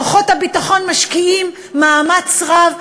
כוחות הביטחון משקיעים מאמץ רב,